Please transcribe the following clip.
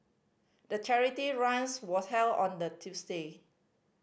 the charity runs was held on the Tuesday